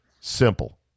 Simple